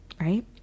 right